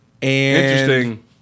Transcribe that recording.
Interesting